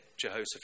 Jehoshaphat